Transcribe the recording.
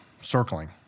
circling